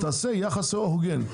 תעשה יחס הוגן.